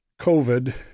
COVID